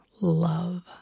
love